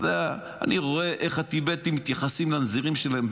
אני רואה איך הטיבטים מתייחסים לנזירים שלהם.